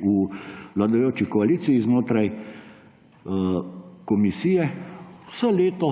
v vladajoči koaliciji znotraj komisije vse leto